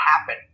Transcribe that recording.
happen